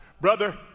Brother